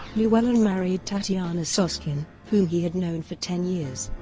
llewellyn married tatiana soskin, whom he had known for ten years.